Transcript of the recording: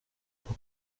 pour